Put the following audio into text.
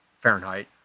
Fahrenheit